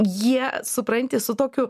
jie supranti su tokiu